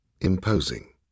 Imposing